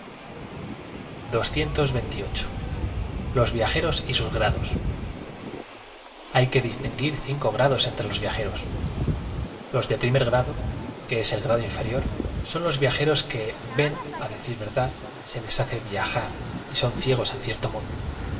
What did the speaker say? o t viajerob y grado h ay que distinguir cinco grados entre los viajeros los del primer grado que es el grado inferior son los videros que st ven á decir verdad eel et hace m ajar y son ciegos en cierto modo